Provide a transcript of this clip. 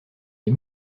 des